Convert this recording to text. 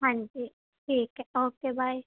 ਹਾਂਜੀ ਠੀਕ ਹੈ ਓਕੇ ਬਾਏ